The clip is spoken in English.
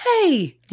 Hey